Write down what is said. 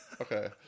Okay